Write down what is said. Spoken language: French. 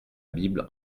bible